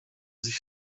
sich